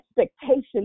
expectations